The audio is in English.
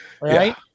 right